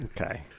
Okay